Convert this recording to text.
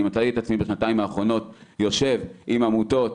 מצאתי את עצמי בשנתיים האחרונות יושב עם עמותות,